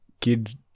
kid